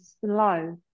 slow